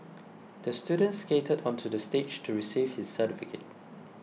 the student skated onto the stage to receive his certificate